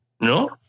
No